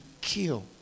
kill